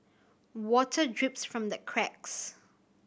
water drips from the cracks